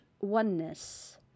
oneness